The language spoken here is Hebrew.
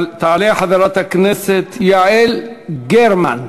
תעלה חברת הכנסת יעל גרמן.